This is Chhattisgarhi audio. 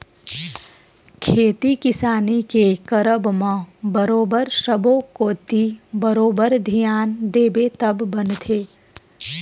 खेती किसानी के करब म बरोबर सब्बो कोती बरोबर धियान देबे तब बनथे